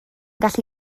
gallu